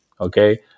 Okay